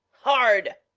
hard.